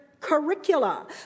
Curricula